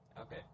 Okay